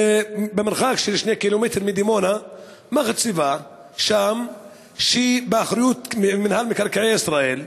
במרחק של שני ק"מ מדימונה יש מחצבה שהיא באחריות מינהל מקרקעי ישראל,